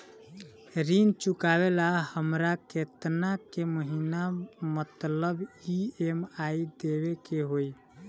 ऋण चुकावेला हमरा केतना के महीना मतलब ई.एम.आई देवे के होई?